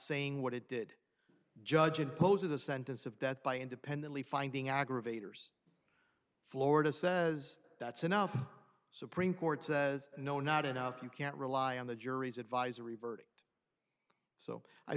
saying what it did judge impose of the sentence of death by independently finding aggravators florida says that's enough supreme court says no not enough you can't rely on the jury's advisory verdict so i